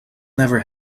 never